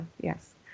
yes